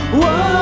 whoa